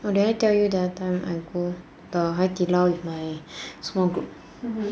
oh did I tell you the other time I go the 海底捞 with my small group